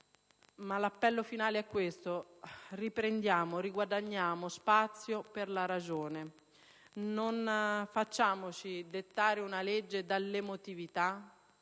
ma l'appello finale è questo: riprendiamo, riguadagniamo spazio per la ragione. Non facciamoci dettare una legge dall'emotività,